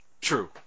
True